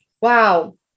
Wow